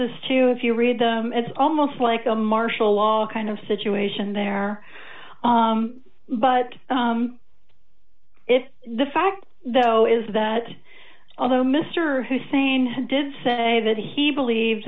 es to you if you read them it's almost like a martial law kind of situation there but it's the fact though is that although mr hussein did say that he believe